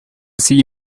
see